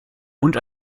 und